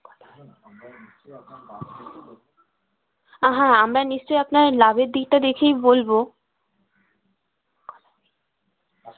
হ্যাঁ আমরা নিশ্চয়ই আপনার লাভের দিকটা দেখেই বলবো